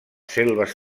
selves